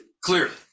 Clearly